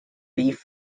beef